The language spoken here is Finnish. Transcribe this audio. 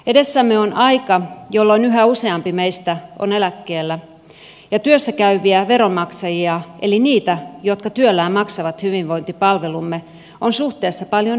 edessämme on aika jolloin yhä useampi meistä on eläkkeellä ja työssä käyviä veronmaksajia eli niitä jotka työllään maksavat hyvinvointipalvelumme on suhteessa paljon vähemmän